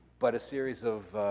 but a series of